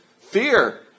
fear